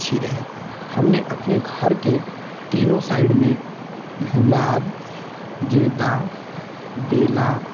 अच्छी रहे हमने अपने घर के तीनों साइड में गुलाब गेंदा बेला